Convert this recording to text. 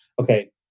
okay